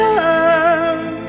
love